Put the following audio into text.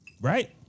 right